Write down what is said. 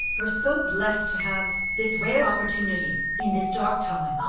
we're so blessed to have this rare opportunity in this dark time!